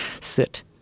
Sit